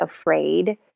afraid